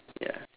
ya